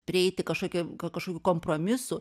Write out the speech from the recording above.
prieiti kažkokia kažkokių kompromisų